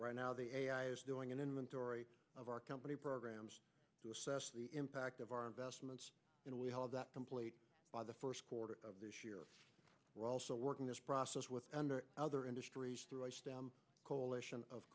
right now they are doing an inventory of our company programs to assess the impact of our investments and we have that complete by the first quarter of this year we're also working this process with other industries through a coalition of